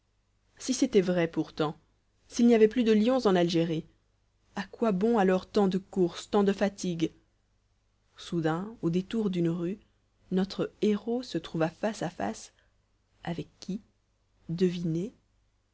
si c'était vrai pourtant s'il n'y avait plus de lions en algérie a quoi bon alors tant de courses tant de fatigues soudain au détour d'une rue notre héros se trouva face à face avec qui devinez